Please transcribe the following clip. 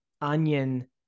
onion